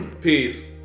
Peace